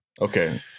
Okay